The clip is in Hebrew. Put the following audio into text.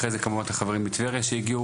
אחרי זה כמובן את החברים מטבריה שהגיעו